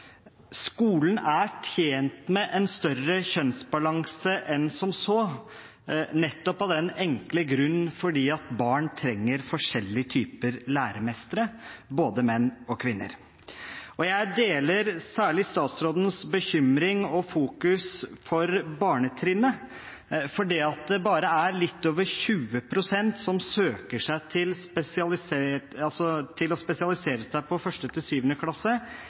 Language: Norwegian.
Skolen er tjent med en større kjønnsbalanse enn som så, nettopp av den enkle grunn at barn trenger forskjellige typer læremestre, både menn og kvinner. Jeg deler særlig statsrådens bekymring for og fokus på barnetrinnet, for det er bare litt over 20 pst. som søker seg til å spesialisere seg på 1. til 7. klasse.